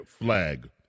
flag